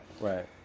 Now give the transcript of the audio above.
right